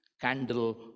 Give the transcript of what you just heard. candle